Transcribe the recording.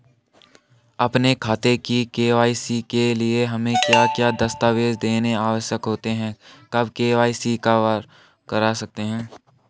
अपने खाते की के.वाई.सी के लिए हमें क्या क्या दस्तावेज़ देने आवश्यक होते हैं कब के.वाई.सी करा सकते हैं?